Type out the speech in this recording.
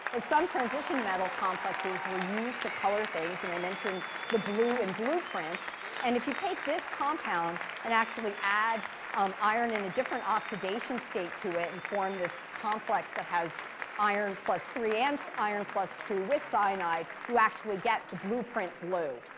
as some transition metal complexes were used to color things and i mentioned the blue in blueprint and if you take this compound and actually add um iron in a different oxidation state to it, and, form this complex that has iron plus three, and iron plus true with cyanide, you actually get the blueprint blue.